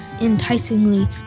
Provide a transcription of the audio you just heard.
enticingly